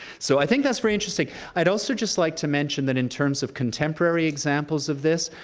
so i think that's very interesting. i'd also just like to mention that in terms of contemporary examples of this,